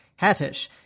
Hattish